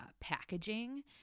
packaging